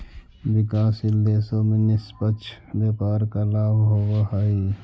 विकासशील देशों में निष्पक्ष व्यापार का लाभ होवअ हई